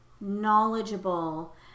knowledgeable